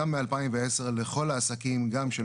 גם מ-2010,